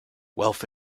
wealth